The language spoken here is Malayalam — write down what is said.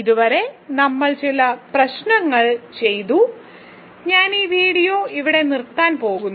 ഇതുവരെ നമ്മൾ ചില പ്രശ്നങ്ങൾ ചെയ്തു ഞാൻ ഈ വീഡിയോ ഇവിടെ നിർത്താൻ പോകുന്നു